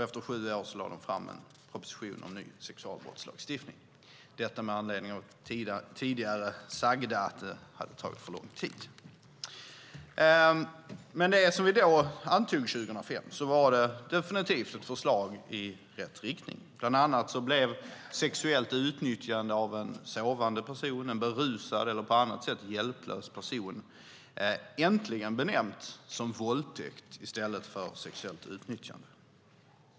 Efter sju år lade man fram en proposition om ny sexualbrottslagstiftning - detta med anledning av det tidigare sagda att det har tagit för lång tid. Förslaget som vi antog 2005 var definitivt i rätt riktning. Bland annat blev sexuellt utnyttjande av en sovande, berusad eller på annat sätt hjälplös person äntligen benämnt som våldtäkt i stället för sexuellt utnyttjande.